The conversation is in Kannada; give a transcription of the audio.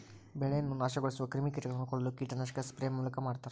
ಬೆಳೆಯನ್ನು ನಾಶಗೊಳಿಸುವ ಕ್ರಿಮಿಕೀಟಗಳನ್ನು ಕೊಲ್ಲಲು ಕೀಟನಾಶಕ ಸ್ಪ್ರೇ ಮೂಲಕ ಮಾಡ್ತಾರ